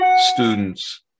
students